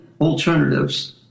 alternatives